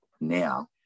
now